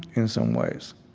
in some ways.